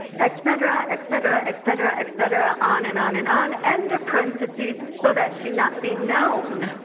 etc etc, etc, etc, on, and on, and on, end of parentheses, so that she not be known